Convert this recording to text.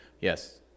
Yes